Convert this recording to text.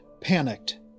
panicked